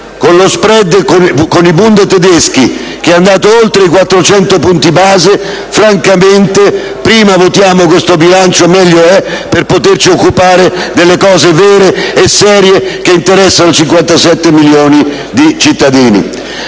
con lo *spread* con i *bund* tedeschi che è andato oltre i 400 punti base, francamente prima votiamo questo bilancio meglio è, per poterci occupare delle cose vere e serie che interessano 60 milioni di cittadini.